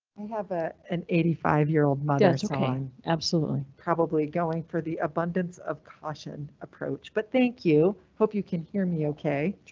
i have a an eighty five year old but mother. i'm absolutely probably going for the abundance of caution approach, but thank you. hope you can hear me. ok,